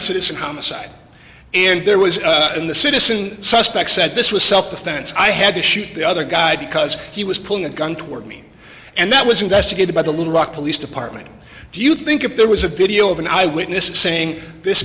citizen homicide and there was in the citizen suspects said this was self defense i had to shoot the other guy because he was pulling a gun toward me and then it was investigated by the little rock police department do you think if there was a video of an eyewitness saying this